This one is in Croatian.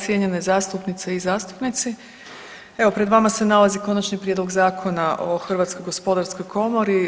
Cijenjene zastupnice i zastupnici, evo pred vama se nalazi Konačni prijedlog Zakona o Hrvatskoj gospodarskoj komori.